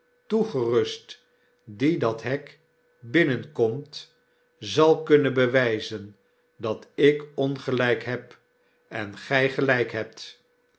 toegerust die dat hek binnenkomt zal kunnen bewijzen dat ik ongelyk heb en gij gelyk hebt